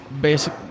basic